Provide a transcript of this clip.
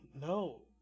No